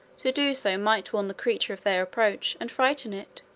to do so might warn the creature of their approach and frighten it.